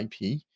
ip